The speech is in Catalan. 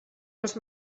els